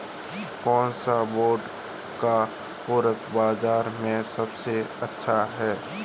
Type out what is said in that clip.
कौनसे ब्रांड का उर्वरक बाज़ार में सबसे अच्छा हैं?